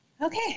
Okay